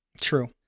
True